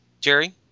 Jerry